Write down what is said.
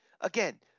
again